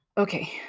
Okay